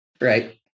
Right